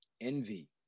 envy